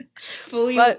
Fully